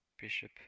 bishop